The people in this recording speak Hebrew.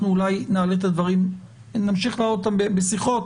אנחנו אולי נמשיך להעלות אותם בשיחות,